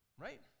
Right